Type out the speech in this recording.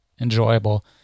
enjoyable